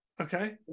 Okay